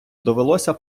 довелося